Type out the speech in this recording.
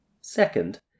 Second